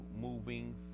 moving